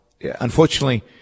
unfortunately